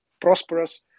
prosperous